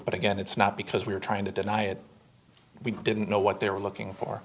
but again it's not because we're trying to deny it we didn't know what they were looking for